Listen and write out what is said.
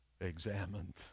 examined